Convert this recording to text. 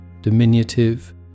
diminutive